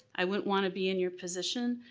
i wouldn't want to be in your position.